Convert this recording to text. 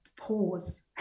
pause